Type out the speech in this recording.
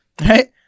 right